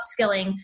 upskilling